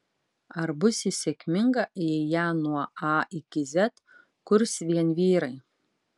ar bus ji sėkminga jei ją nuo a iki z kurs vien vyrai